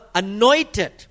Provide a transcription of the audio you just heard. anointed